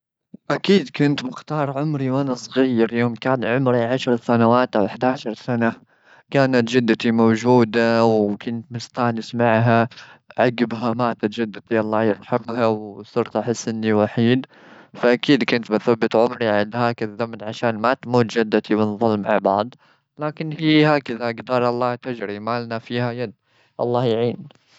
أكيد كنت مختار عمري وأنا صغير، يوم كان عمري عشر سنوات أو حداشر سنة. كان جدتي موجودة وكنت مستأنس معها. عقبها ماتت جدتي الله يرحمها، وصرت أحس إني وحيد. فأكيد كنت بثبت عمري عند هذاك الزمن عشان ما تموت جدتي ونظل مع بعض. لكن هي هكذا أقدار الله تجري، ما لنا فيها يد. الله يعين.